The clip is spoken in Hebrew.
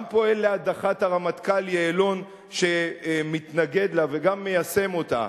גם פועל להדחת הרמטכ"ל יעלון שמתנגד לה וגם מיישם אותה,